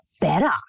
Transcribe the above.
better